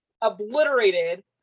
Obliterated